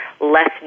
less